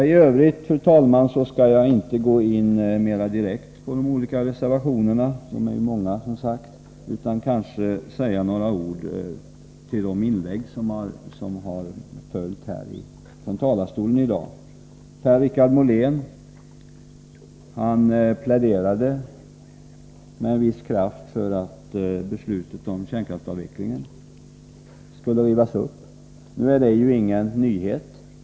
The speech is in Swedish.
I övrigt, fru talman, skall jag inte gå in mer direkt på de olika reservationerna — de är många — utan vill säga några ord med anledning av de inlägg som har gjorts från talarstolen i dag. Per-Richard Molén pläderade med en viss kraft för att beslutet om kärnkraftsavvecklingen skulle rivas upp. Det är ingen nyhet.